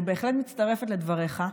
אני בהחלט מצטרפת לדבריך.